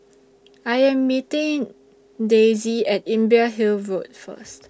I Am meeting Daisye At Imbiah Hill Road First